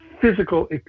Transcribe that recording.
physical